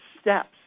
steps